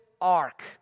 ark